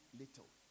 little